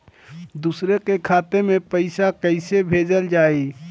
दूसरे के खाता में पइसा केइसे भेजल जाइ?